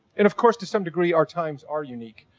and of course to some degree our times are unique.